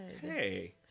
Hey